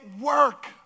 work